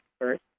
first